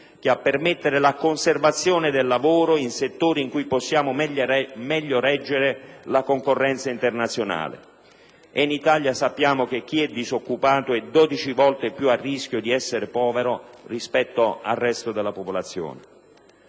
che a permettere la conservazione del lavoro in settori in cui possiamo meglio reggere la concorrenza internazionale. Sappiamo che in Italia chi è disoccupato è dodici volte più a rischio di essere povero rispetto al resto della popolazione.